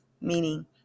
meaning